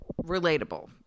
relatable